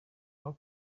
kuba